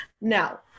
now